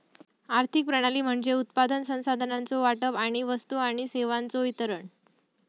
आर्थिक प्रणाली म्हणजे उत्पादन, संसाधनांचो वाटप आणि वस्तू आणि सेवांचो वितरण